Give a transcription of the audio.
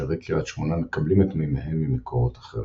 ותושבי קריית שמונה מקבלים את מימיהם ממקורות אחרים.